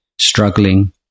struggling